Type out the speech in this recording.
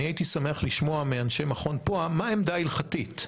אני הייתי שמח לשמוע מאנשי מכון פוע"ה מה העמדה ההלכתית.